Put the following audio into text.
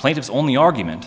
plaintiff's only argument